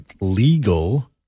legal